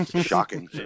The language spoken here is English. Shocking